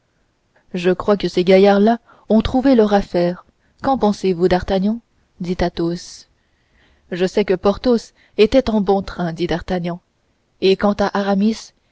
je crois que ces gaillards-là ont trouvé leur affaire qu'en pensez-vous d'artagnan dit athos je sais que porthos était en bon train dit d'artagnan et quant à